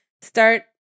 Start